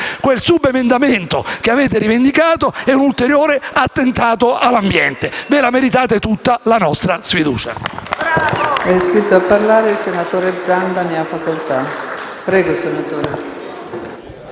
Quel subemendamento che avete rivendicato è un ulteriore attentato all'ambiente. Ve la meritate tutta la nostra sfiducia.